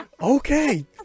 Okay